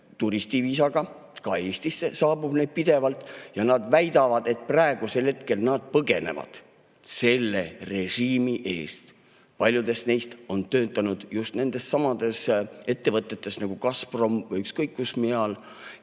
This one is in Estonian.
juba üle 2500, ka Eestisse saabub neid pidevalt, ja nad väidavad, et praegusel hetkel nad põgenevad selle režiimi eest. Paljud neist on töötanud just nendessamades ettevõtetes nagu Gazprom või ka ükskõik kus mujal.